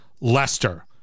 Leicester